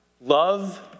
love